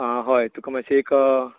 आं हय तुका मातशें एक